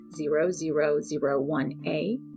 0001A